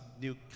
new